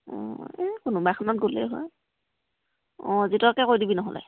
অঁ এই কোনোবা এখনত গ'লেই হয় অঁ জিতকে কৈ দিবি নহ'লে